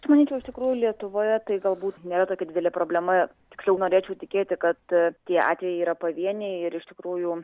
aš manyčiau iš tikrųjų lietuvoje tai galbūt nėra tokia didelė problema tiksliau norėčiau tikėti kad tie atvejai yra pavieniai ir iš tikrųjų